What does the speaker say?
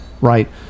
Right